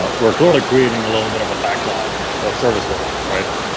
ah we're clearly creating a little bit of a backlog of service work, right?